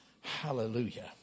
Hallelujah